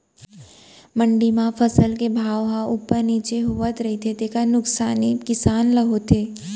मंडी म फसल के भाव ह उप्पर नीचे होवत रहिथे तेखर नुकसानी किसान ल होथे